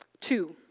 Two